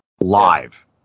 live